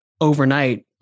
overnight